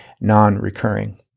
non-recurring